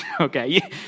Okay